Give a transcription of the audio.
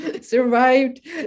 survived